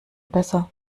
besser